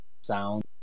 sound